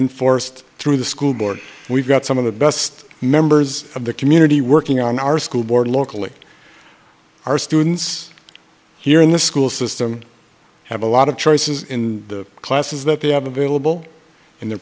enforced through the school board we've got some of the best members of the community working on our school board locally our students here in the school system have a lot of choices in the classes that they have available in the